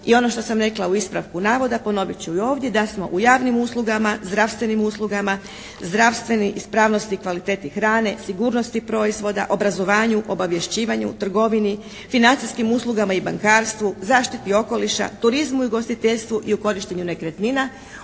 I ono što sam rekla u ispravku navoda, ponovit u i ovdje, da smo u javnim uslugama, zdravstvenim uslugama, zdravstvenoj ispravnosti i kvaliteti hrani, sigurnosti proizvoda, obrazovanju, obavješćivanju, trgovini, financijskim uslugama i bankarstvu, zaštiti okoliša, turizmu i ugostiteljstvu i u korištenju nekretnina